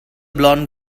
blonde